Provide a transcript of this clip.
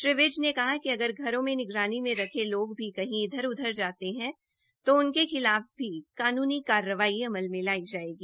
उन्होंने कहा कि अगर घरों में निगरानी में रखे लोग भी कहीं इधर उधर जाते हैं तो उनके खिलाफ भी कानूनी कार्रवाई अमल में लाई जाएगी